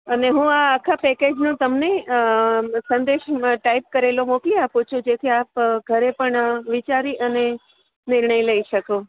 અને હું આ આખા પેકેજનું તમને સંદેશ ટાઈપ કરેલો મોકલી આપું છું જેથી આપ ઘરે પણ વિચારી અને નિર્ણય લઈ શકો